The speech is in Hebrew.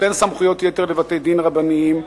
נותן סמכויות-יתר לבתי-דין רבניים.